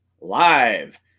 live